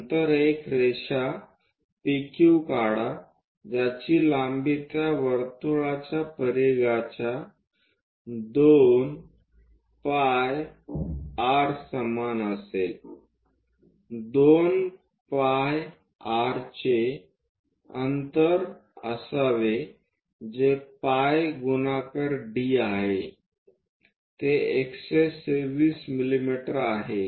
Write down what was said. नंतर एक रेखा PQ काढा ज्याची लांबी त्या वर्तुळाच्या परिघाच्या 2 pi r समान असेल 2 pi r जे अंतर असावे जे पाई गुणाकार d आहे ते 126 मिमी आहे